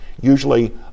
usually